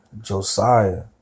Josiah